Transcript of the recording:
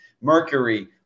mercury